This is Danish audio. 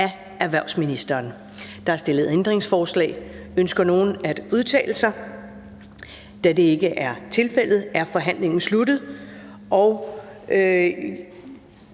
Ellemann): Der er stillet ændringsforslag. Ønsker nogen at udtale sig? Da det ikke er tilfældet, er forhandlingen sluttet,